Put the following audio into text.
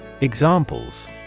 Examples